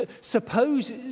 Suppose